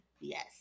yes